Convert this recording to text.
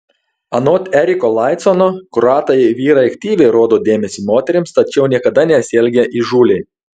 anot eriko laicono kroatai vyrai aktyviai rodo dėmesį moterims tačiau niekada nesielgia įžūliai